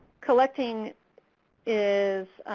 collecting is